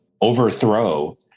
overthrow